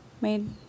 made